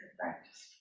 practice